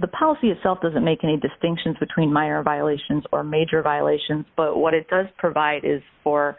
the policy itself doesn't make any distinctions between meyer violations or major violations but what it does provide is for